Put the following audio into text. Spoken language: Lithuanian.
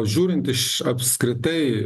žiūrint iš apskritai